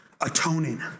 atoning